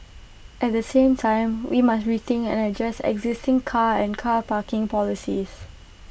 at the same time we must rethink and adjust existing car and car parking policies